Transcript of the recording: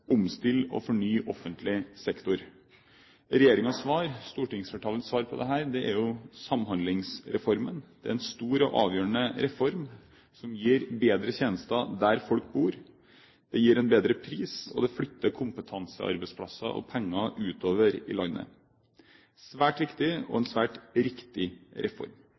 omstille og fornye offentlig sektor. Regjeringens og stortingsflertallets svar på dette er Samhandlingsreformen. Det er en stor og avgjørende reform som gir bedre tjenester der folk bor. Det gir en bedre pris, og det flytter kompetansearbeidsplasser og penger utover i landet. Det er en svært viktig og riktig reform. Det er også et svært